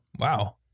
Wow